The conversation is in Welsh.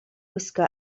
gwisgo